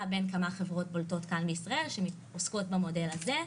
בין כמה חברות בולטות כאן בישראל שעוסקות במודל הזה: